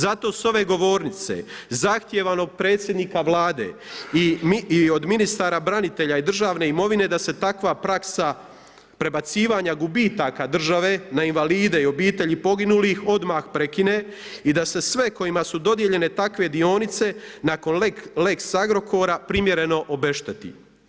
Zato s ove govornice zahtijevam od predsjednika Vlade i od ministara branitelja i državne imovine da se takva praksa prebacivanja gubitaka države na invalide i obitelji poginulih odmah prekine i da se sve kojima su dodijeljene takve dionice nakon lex Agrokora primjereno obešteti.